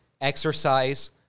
exercise